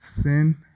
Sin